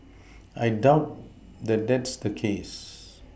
I doubt that that's the case